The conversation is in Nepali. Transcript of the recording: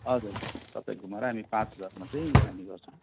हजुर सबै घुमाएर हामी पाँच हजारमा चाहिँ हामी गर्छौँ